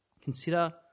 Consider